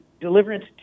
deliverance